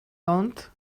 owned